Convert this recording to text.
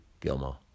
Gilmore